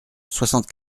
soixante